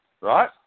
Right